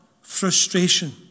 Frustration